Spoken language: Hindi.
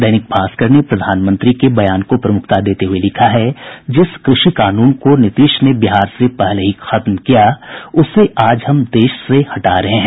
दैनिक भास्कर ने प्रधानमंत्री के बयान को प्रमुखता देते हुये लिखा है जिस कृषि कानून को नीतीश ने बिहार में पहले ही खत्म किया उसे आज हम देश से हटा रहे हैं